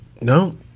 no